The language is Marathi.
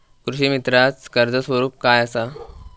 कृषीमित्राच कर्ज स्वरूप काय असा?